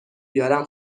بیارم